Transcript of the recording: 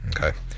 Okay